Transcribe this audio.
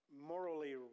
morally